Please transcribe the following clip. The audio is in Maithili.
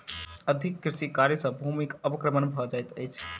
अधिक कृषि कार्य सॅ भूमिक अवक्रमण भ जाइत अछि